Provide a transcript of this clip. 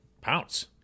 pounce